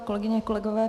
Kolegyně, kolegové.